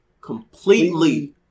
Completely